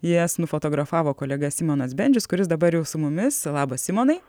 jas nufotografavo kolega simonas bendžius kuris dabar jau su mumis labas simonai